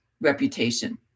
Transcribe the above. reputation